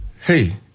Hey